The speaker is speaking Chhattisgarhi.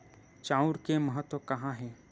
चांउर के महत्व कहां हे?